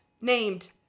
named